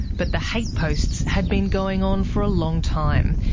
but the hate posts had been going on for a long time,